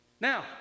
Now